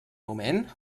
moment